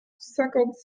cinquante